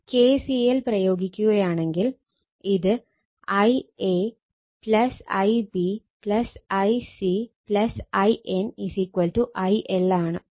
ഇനി KCL പ്രയോഗിക്കുകയാണെങ്കിൽ ഇത് Ia Ib Ic In IL